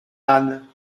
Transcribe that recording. âne